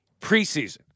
preseason